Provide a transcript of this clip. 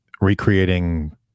recreating